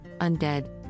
Undead